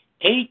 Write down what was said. eight